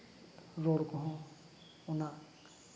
ᱨᱚᱲ ᱠᱚᱦᱚᱸ ᱚᱱᱟ